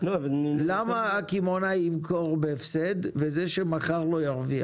למה הקמעונאי ימכור בהפסד וזה שמכר לו ירוויח?